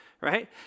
Right